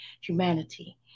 humanity